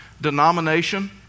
denomination